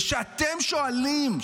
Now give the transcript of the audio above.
וכשאתם שואלים,